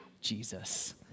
Jesus